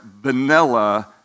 vanilla